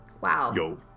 Wow